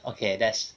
okay that's